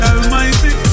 Almighty